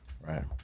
Right